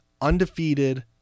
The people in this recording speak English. undefeated